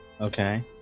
Okay